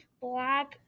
Black